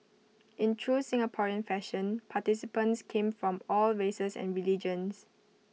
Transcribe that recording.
in true Singaporean fashion participants came from all races and religions